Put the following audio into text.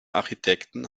architekten